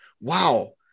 wow